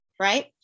right